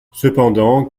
cependant